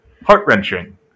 Heart-wrenching